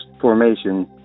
formation